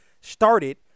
started